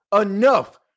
enough